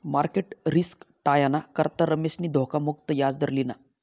market risk टायाना करता रमेशनी धोखा मुक्त याजदर लिना